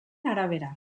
arabera